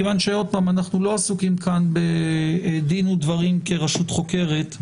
מכיוון שאנחנו לא עסוקים כאן בדין ודברים כרשות חוקרת,